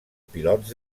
pilots